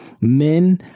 Men